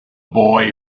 boy